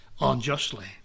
unjustly